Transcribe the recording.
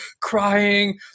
crying